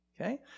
okay